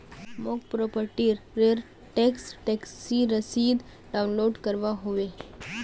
मौक प्रॉपर्टी र टैक्स टैक्सी रसीद डाउनलोड करवा होवे